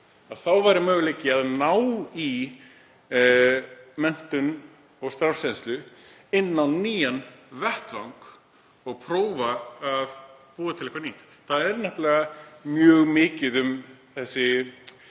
væri möguleiki að ná í menntun og starfsreynslu inn á nýjan vettvang og prófa að búa til eitthvað nýtt. Það er nefnilega mjög mikið um